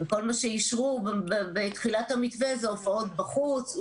כל מה שאישרו בתחילת המתווה זה הופעות בחוץ,